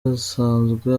asanzwe